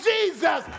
Jesus